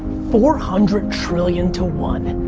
four hundred trillion to one.